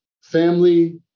family